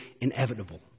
inevitable